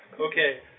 Okay